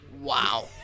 Wow